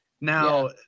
Now